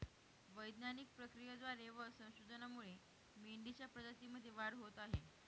वैज्ञानिक प्रक्रियेद्वारे व संशोधनामुळे मेंढीच्या प्रजातीमध्ये वाढ होत आहे